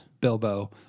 Bilbo